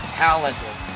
talented